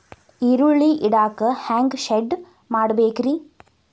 ಈರುಳ್ಳಿ ಇಡಾಕ ಹ್ಯಾಂಗ ಶೆಡ್ ಮಾಡಬೇಕ್ರೇ?